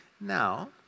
now